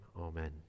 amen